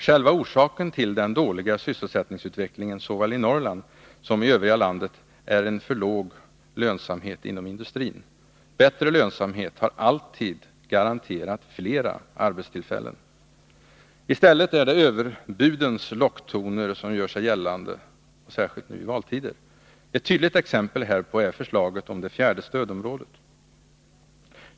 Själva orsaken till den dåliga sysselsättningsutvecklingen såväl i Norrland som i övriga landet är en för låg lönsamhet inom industrin. Bättre lönsamhet har alltid garanterat flera arbetstillfällen. I stället är det överbudens locktoner som gör sig gällande — särskilt i valtider. Ett tydligt exempel härpå är förslaget om det fjärde stödområdet.